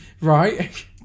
Right